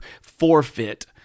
forfeit